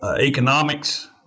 economics